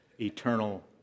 eternal